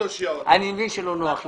אני מבין שלא נוח לך.